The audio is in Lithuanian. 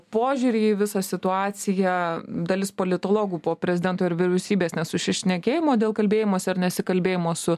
požiūrį į visą situaciją dalis politologų po prezidento ir vyriausybės nesusišnekėjimo dėl kalbėjimosi ar nesikalbėjimo su